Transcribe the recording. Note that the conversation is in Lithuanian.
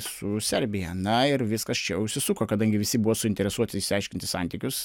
su serbija na ir viskas čia užsisuko kadangi visi buvo suinteresuoti išsiaiškinti santykius